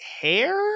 hair